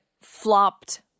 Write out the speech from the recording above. flopped